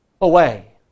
away